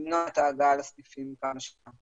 למנוע את ההגעה לסניפים עד כמה שיותר.